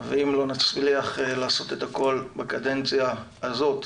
ואם לא נצליח לעשות את הכול בקדנציה הזאת,